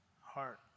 heart